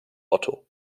otto